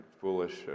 foolish